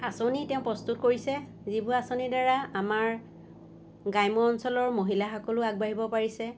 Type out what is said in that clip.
আচনি তেওঁ প্ৰস্তুত কৰিছে যিবোৰ আচনিৰ দ্বাৰা আমাৰ গ্ৰাম্য অঞ্চলৰ মহিলাসকলো আগবাঢ়িব পাৰিছে